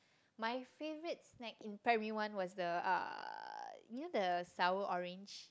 my favourite snack in primary one was the uh you know the sour orange